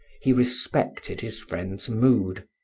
he respected his friend's mood,